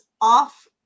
off